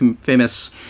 famous